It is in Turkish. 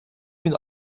bin